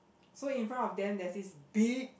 so in front of them there's this big